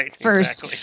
first